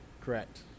Correct